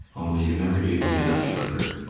only you never gave me enough sugar.